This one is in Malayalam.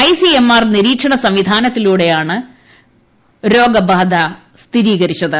ഐ സി എം ആർ നിരീക്ഷണ സംവിധാനത്തിലൂടെയാണ് രോഗ ബാധസ്ഥിതീകരിച്ചത്